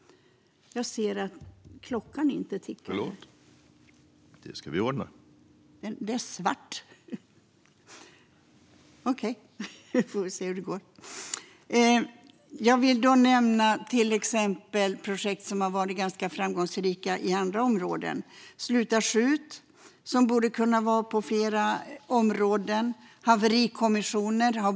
Jag vill nämna till exempel projekt som varit ganska framgångsrika i andra områden, som projektet Sluta skjut, och som borde kunna användas på flera områden.